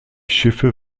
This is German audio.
schiffe